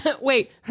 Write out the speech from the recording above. Wait